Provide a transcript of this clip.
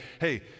hey